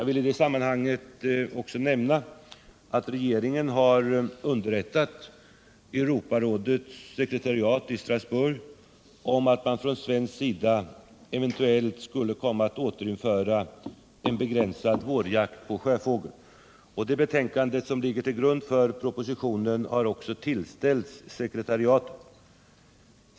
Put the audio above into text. I det sammanhanget vill jag också nämna att regeringen har underrättat Europarådets sekretariat i Strasbourg om att man från svensk sida eventuellt kommer att återinföra en begränsad vårjakt på sjöfågel. Det betänkande som ligger till grund för propositionen har också tillställts sekretariatet. Herr talman!